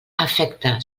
afecta